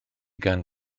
gan